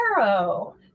arrow